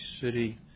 city